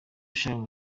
shalom